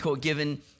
given